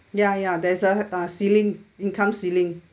ya ya there's a a ceiling income ceiling